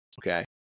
okay